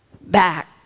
back